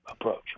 approach